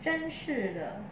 真是的